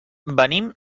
venim